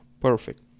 perfect